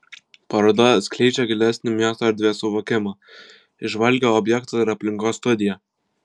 paroda atskleidžia gilesnį miesto erdvės suvokimą įžvalgią objekto ir aplinkos studiją